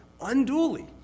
unduly